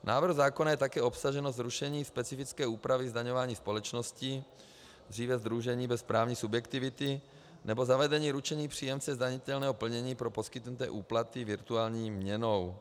V návrhu zákona je také obsaženo zrušení specifické úpravy zdaňování společností, dříve sdružení bez právní subjektivity, nebo zavedení ručení příjemce zdanitelného plnění pro poskytnuté úplaty virtuální měnou.